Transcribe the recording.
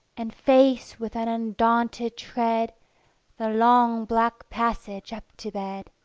and face with an undaunted tread the long black passage up to bed.